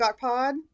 Pod